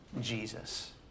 Jesus